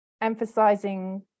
emphasizing